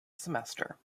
semester